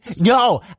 No